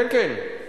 כן, כן,